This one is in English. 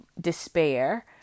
despair